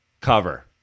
cover